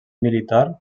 militar